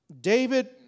David